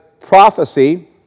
prophecy